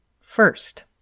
First